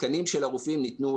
התקנים של הרופאים ניתנו,